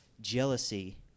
jealousy